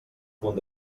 punt